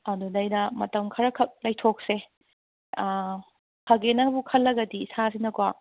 ꯑꯗꯨꯗꯩꯗ ꯃꯇꯝ ꯈꯔꯈꯛ ꯂꯩꯊꯣꯛꯁꯦ ꯐꯒꯦꯅꯕꯨ ꯈꯜꯂꯒꯗꯤ ꯏꯁꯥꯁꯤꯅꯀꯣ